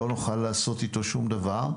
לא נוכל לעשות איתו שום דבר,